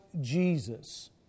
Jesus